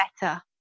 better